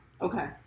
Okay